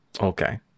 Okay